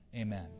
Amen